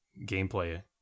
gameplay